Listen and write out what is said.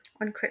on